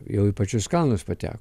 jau į pačius kalnus pateko